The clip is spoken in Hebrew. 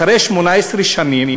אחרי 18 שנים,